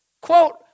quote